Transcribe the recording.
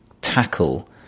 tackle